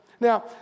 Now